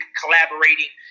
collaborating